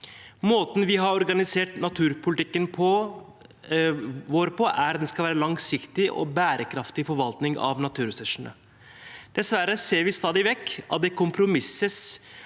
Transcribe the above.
Måten vi har organisert naturpolitikken vår på, er at det skal være en langsiktig og bærekraftig forvaltning av naturressursene. Dessverre ser vi stadig vekk at det kompromisses